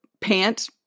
pant